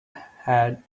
had